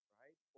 right